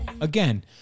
Again